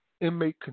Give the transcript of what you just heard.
inmate